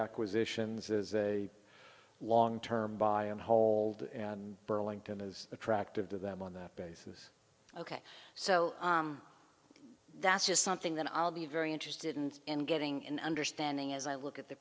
acquisitions is a long term buy and hold and burlington is attractive to them on that basis ok so that's just something that i'll be very interested in and getting an understanding as i look at the